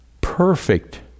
perfect